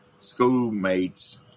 schoolmates